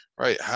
right